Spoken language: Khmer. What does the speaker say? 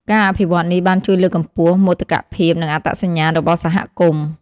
ការអភិវឌ្ឍន៍នេះបានជួយលើកកម្ពស់មោទកភាពនិងអត្តសញ្ញាណរបស់សហគមន៍។